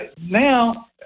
now